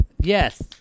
yes